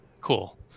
cool